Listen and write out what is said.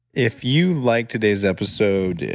if you like today's episode,